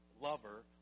lover